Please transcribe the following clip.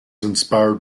inspired